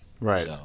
Right